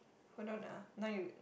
hold on ah now you